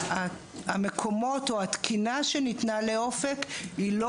המקומות או התקינה שניתנה לאופק היא לא